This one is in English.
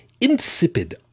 Insipid